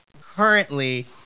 currently